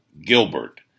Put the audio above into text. Gilbert